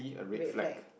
red flag